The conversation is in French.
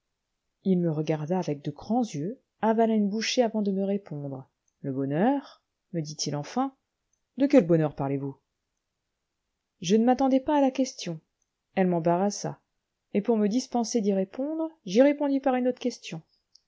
il me regarda avec de grands yeux avala une bouchée avant de me répondre le bonheur me dit-il enfin de quel bonheur parlez-vous je ne m'attendais pas à la question elle m'embarrassa et pour me dispenser d'y répondre j'y répondis par une autre question